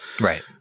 right